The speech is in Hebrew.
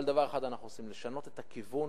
אבל דבר אחד אנחנו עושים לשנות את הכיוון